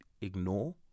ignore